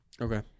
Okay